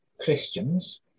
Christians